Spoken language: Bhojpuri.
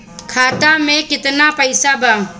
खाता में केतना पइसा बा?